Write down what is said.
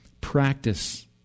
practice